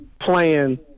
playing